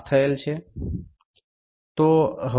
কাজের টুকরো এখন পরিষ্কার করা উচিত